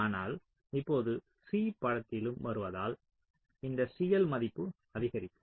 ஆனால் இப்போது C படத்திலும் வருவதால் இந்த CL மதிப்பு அதிகரிக்கும்